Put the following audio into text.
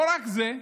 ולא רק זה,